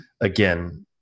again